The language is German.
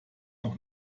noch